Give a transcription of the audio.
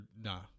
nah